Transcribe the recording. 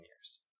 years